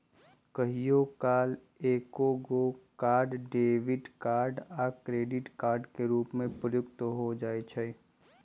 कहियो काल एकेगो कार्ड डेबिट कार्ड आ क्रेडिट कार्ड के रूप में प्रयुक्त हो जाइ छइ